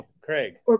Craig